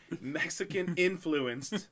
Mexican-influenced